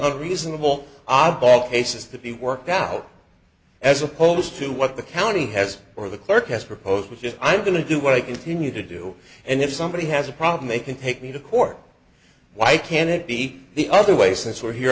other reasonable oddball cases to be worked out as opposed to what the county has or the clerk has proposed which is i'm going to do what i continue to do and if somebody has a problem they can take me to court why can't it be the other way since we're here